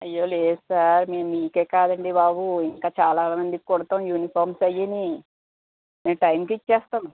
అయ్యో లేదు సార్ మేము మీకే కాదండి బాబు ఇంకా చాలా మందికి కుడతాము యూనిఫార్మ్స్ అవన్నీ మేము టైమ్కి ఇచ్చేస్తాం